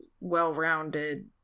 well-rounded